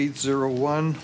eight zero one